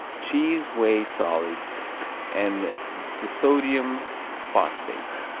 cheese whey solids and disodium phosphate.